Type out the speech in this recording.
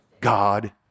God